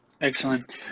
Excellent